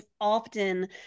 often